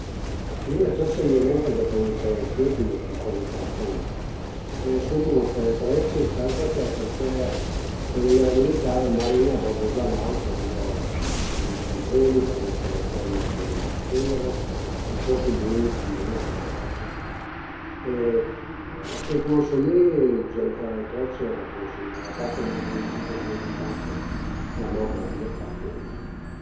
Be mi le tërse i ai nen përché ten-u i cavei curt, sun cuazi plà, comunue, sun bun a fe le trecce certo che përché cuand a i era militar, ën martin-a a bord d'la nau, fazìo, fazìu i centrini, tüte le penne cun ël fil, perciò sun bun, sun bun a fe le trecce e che cunosu mi, gent ch'al a le trecce n'ën cunosu gnüna a part ma nëvudin-a che ogni tant la mamma a ie fa comuncue